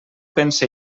pense